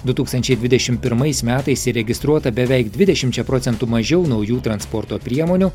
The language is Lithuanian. du tūkstančiai dvidešim pirmais metais įregistruota beveik dvidešimčia procentų mažiau naujų transporto priemonių